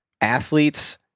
athletes